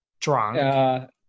drunk